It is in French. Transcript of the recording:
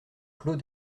clos